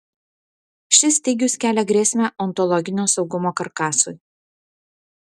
šis stygius kelia grėsmę ontologinio saugumo karkasui